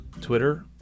Twitter